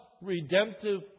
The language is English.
redemptive